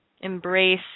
embrace